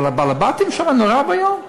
אבל הבעלבתים שם, נורא ואיום.